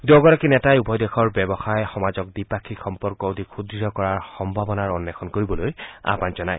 দুয়োগৰাকী নেতাই উভয় দেশৰ ব্যৱসায় সমাজক দ্বিপাক্ষিক সম্পৰ্ক অধিক সুদ্ঢ় কৰাৰ সম্ভাৱনা অৱেষণ কৰিবলৈ আহান জনায়